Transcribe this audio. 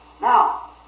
Now